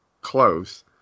close